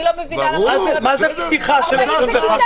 מה זה פתיחה של 25?